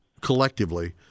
collectively